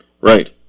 right